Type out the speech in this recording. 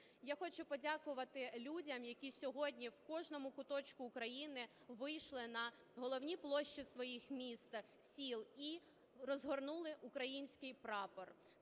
Я хочу подякувати людям, які сьогодні в кожному куточку України вийшли на головні площі свої міст, сіл і розгорнули український прапор.